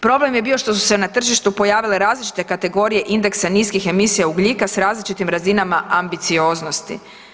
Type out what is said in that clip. Problem je bio što su se na tržištu pojavile različite kategorije indeksa niskih emisija ugljika s različitim razinama ambicioznosti.